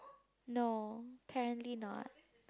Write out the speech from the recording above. no apparently not